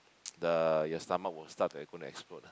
the your stomach will start to going to explode ah